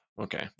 Okay